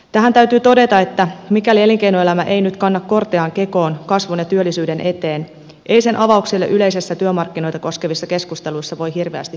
tähän täytyy todeta että mikäli elinkeinoelämä ei nyt kanna korttaan kekoon kasvun ja työllisyyden eteen ei sen avauksille yleisissä työmarkkinoita koskevissa keskusteluissa voi hirveästi painoa laittaa